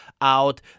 out